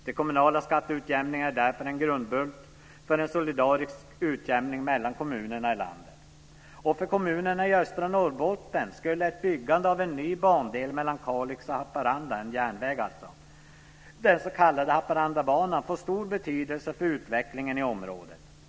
Den kommunala skatteutjämningen är därför en grundbult för en solidarisk utjämning mellan kommunerna i landet. För kommunerna i östra Norrbotten skulle ett byggande av en ny bandel mellan Kalix och Haparanda, en järnväg alltså, den s.k. Haparandabanan, få stor betydelse för utvecklingen i området.